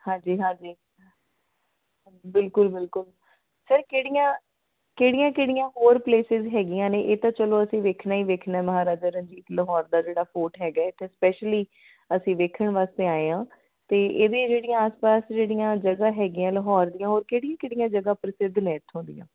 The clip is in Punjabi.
ਹਾਂਜੀ ਹਾਂਜੀ ਬਿਲਕੁਲ ਬਿਲਕੁਲ ਸਰ ਕਿਹੜੀਆਂ ਕਿਹੜੀਆਂ ਕਿਹੜੀਆਂ ਹੋਰ ਪਲੇਸਿਸ ਹੈਗੀਆਂ ਨੇ ਇਹ ਤਾਂ ਚੱਲੋ ਅਸੀਂ ਵੇਖਣਾ ਹੀ ਵੇਖਣਾ ਮਹਾਰਾਜਾ ਰਣਜੀਤ ਲਾਹੌਰ ਦਾ ਜਿਹੜਾ ਫੋਰਟ ਹੈਗਾ ਇੱਥੇ ਸਪੈਸ਼ਲੀ ਅਸੀਂ ਵੇਖਣ ਵਾਸਤੇ ਆਏ ਹਾਂ ਅਤੇ ਇਹਦੇ ਜਿਹੜੀਆਂ ਆਸ ਪਾਸ ਜਿਹੜੀਆਂ ਜਗ੍ਹਾ ਹੈਗੀਆਂ ਲਾਹੌਰ ਦੀਆਂ ਹੋਰ ਕਿਹੜੀਆਂ ਕਿਹੜੀਆਂ ਜਗ੍ਹਾ ਪ੍ਰਸਿੱਧ ਨੇ ਇੱਥੋਂ ਦੀਆਂ